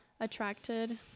Attracted